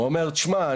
הוא אומר תשמע,